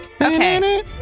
Okay